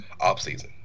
offseason